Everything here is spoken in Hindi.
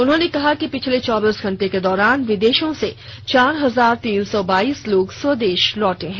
उन्होंने कहा कि पिछले चौबीस घंटे के दौरान विदेशों से चार हजार तीन सौ बाईस लोग स्वदेश लौटे हैं